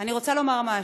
אני רוצה לומר משהו.